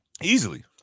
Easily